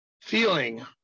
feeling